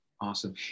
awesome